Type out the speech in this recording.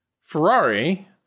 Ferrari